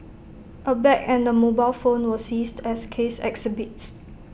A bag and A mobile phone were seized as case exhibits